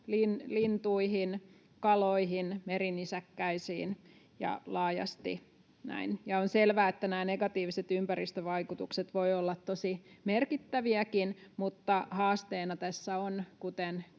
lintuihin, kaloihin, merinisäkkäisiin ja laajasti näin. On selvää, että nämä negatiiviset ympäristövaikutukset voivat olla tosi merkittäviäkin, mutta haasteena tässä on,